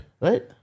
Right